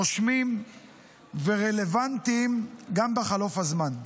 נושמים ורלוונטיים גם בחלוף הזמן.